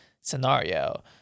scenario